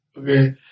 Okay